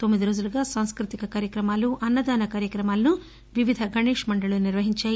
తొమ్మిది రోజులుగా సాంస్థతిక కార్యమాలు అన్నదాన కార్యక్రమాలను వివిధ గణేష్ మండళ్ళు నిర్వహించారు